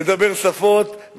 לדבר שפות,